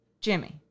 Jimmy